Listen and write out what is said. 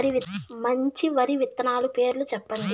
మంచి వరి విత్తనాలు పేర్లు చెప్పండి?